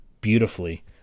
beautifully